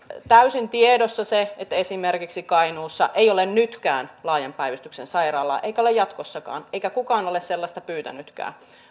täysin tiedossa se että esimerkiksi kainuussa ei ole nytkään laajan päivystyksen sairaalaa eikä ole jatkossakaan eikä kukaan ole sellaista pyytänytkään